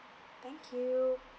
thank you